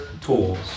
tools